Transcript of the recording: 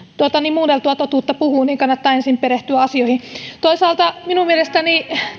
muunneltua totuutta puhuu kannattaa ensin perehtyä asioihin toisaalta minun mielestäni